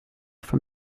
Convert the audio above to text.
from